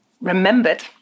remembered